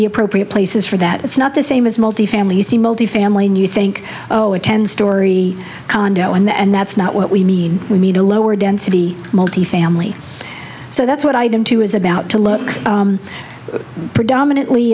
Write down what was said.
be appropriate places for that it's not the same as multifamily you see multifamily and you think oh a ten storey condo and that's not what we need we need a lower density multifamily so that's what item two is about to look predominantly